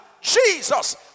jesus